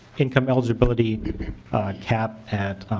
income eligibility cap at